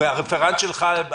הרפרנט שלך,